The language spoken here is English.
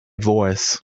voice